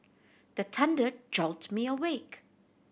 the thunder jolt me awake